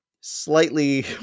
slightly